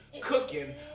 cooking